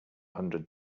hundred